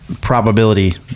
probability